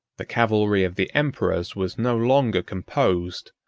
the cavalry of the emperors was no longer composed,